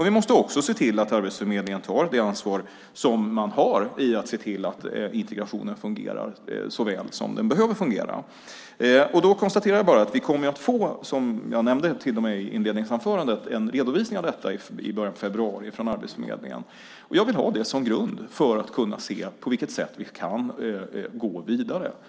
Vi måste också se till att Arbetsförmedlingen tar det ansvar som de har i att se till att integrationen fungerar så väl som den behöver fungera. Då konstaterar jag bara, vilket jag också nämnde i mitt första inlägg, att vi kommer att få en redovisning av detta från Arbetsförmedlingen i början av februari. Jag vill ha det som grund för att kunna se på vilket sätt vi kan gå vidare.